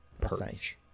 perch